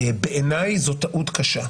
בעיני זאת טעות קשה.